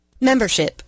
Membership